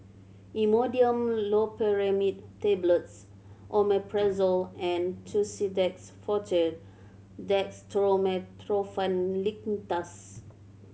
Imodium Loperamide Tablets Omeprazole and Tussidex Forte Dextromethorphan Linctus